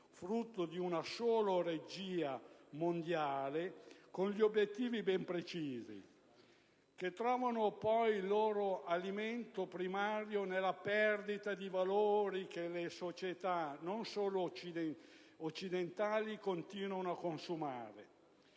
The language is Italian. frutto di una sola regia mondiale, con obiettivi ben precisi, che trovano poi il loro alimento primario nella perdita di valori che le società, non solo occidentali, continuano a consumare.